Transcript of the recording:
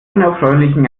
unerfreulichen